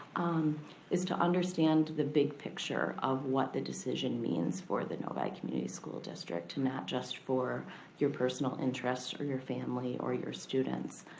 um is to understand the big picture of what the decision means for the novi community school district, not just for your personal interests or your family or your students,